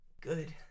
good